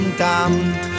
damned